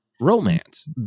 romance